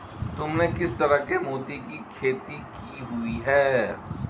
तुमने किस तरह के मोती की खेती की हुई है?